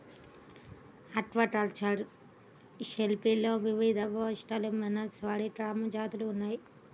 aquacultured షెల్ఫిష్లో వివిధఓస్టెర్, mussel మరియు క్లామ్ జాతులు ఉన్నాయి